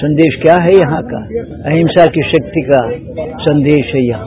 संदेश क्या है यहां का अहिंसा के शक्ति का संदेश है यहां